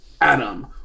Adam